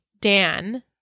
dan